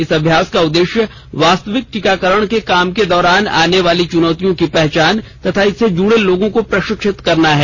इस अभ्यास का उद्देश्य वास्तविक टीकाकरण के काम के दौरान आने वाली चुनौतियों की पहचान तथा इससे जुडे लोगों को प्रशिक्षित करना है